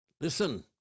listen